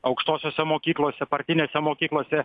aukštosiose mokyklose partinėse mokyklose